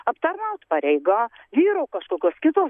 aptarnaut pareiga vyrų kažkokios kitos